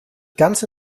ganze